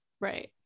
right